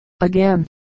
again